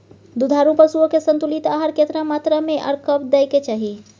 दुधारू पशुओं के संतुलित आहार केतना मात्रा में आर कब दैय के चाही?